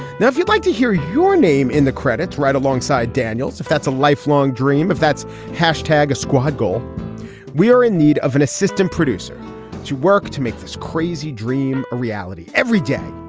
now if you'd like to hear your name in the credits right alongside daniels if that's a lifelong dream if that's hashtag a squad goal we are in need of an assistant producer to work to make this crazy dream a reality every day.